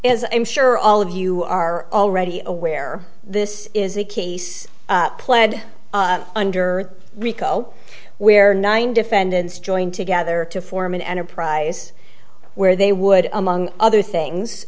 is i'm sure all of you are already aware this is a case pled under rico where nine defendants joined together to form an enterprise where they would among other things